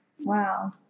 Wow